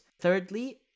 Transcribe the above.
thirdly